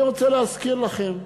אני רוצה להזכיר לכם,